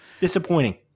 disappointing